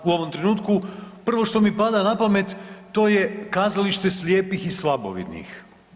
U ovom trenutku prvo što mi pada na pamet to je Kazalište slijepih i slabovidnih.